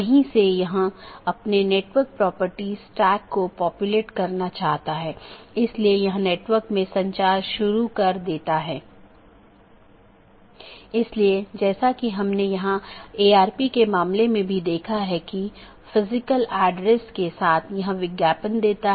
और यह बैकबोन क्षेत्र या बैकबोन राउटर इन संपूर्ण ऑटॉनमस सिस्टमों के बारे में जानकारी इकट्ठा करता है